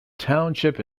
township